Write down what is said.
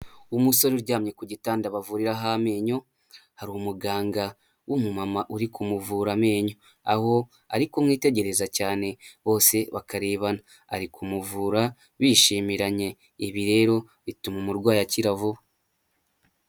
Umusore uryamye ku gitanda bavuriraho amenyo hari umuganga w'umumama uri kumuvura amenyo, aho ari kumwitegereza cyane bose bakarebana, ari kumuvura bishimiranye, ibi rero bituma umurwayi akira vuba.